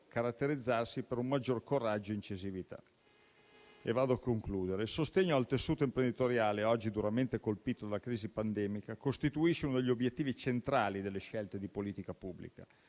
caratterizzarsi per maggior coraggio e incisività. Il sostegno al tessuto imprenditoriale, oggi duramente colpito dalla crisi pandemica, costituisce uno degli obiettivi centrali delle scelte di politica pubblica.